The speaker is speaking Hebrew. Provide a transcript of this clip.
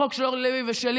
חוק של אורלי לוי ושלי,